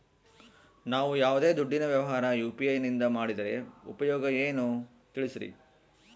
ನಾವು ಯಾವ್ದೇ ದುಡ್ಡಿನ ವ್ಯವಹಾರ ಯು.ಪಿ.ಐ ನಿಂದ ಮಾಡಿದ್ರೆ ಉಪಯೋಗ ಏನು ತಿಳಿಸ್ರಿ?